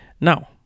Now